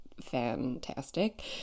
fantastic